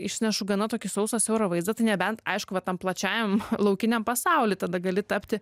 išnešu gana tokį sausą siaurą vaizdą tai nebent aišku va tam plačiajam laukiniam pasauly tada gali tapti